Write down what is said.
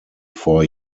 four